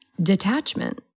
detachment